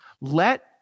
Let